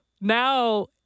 now